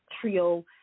trio